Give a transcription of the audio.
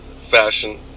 fashion